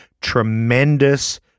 tremendous